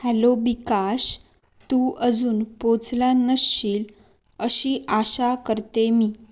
hello Bikash तू अजून पोहचला नसशील अशी आशा करते मी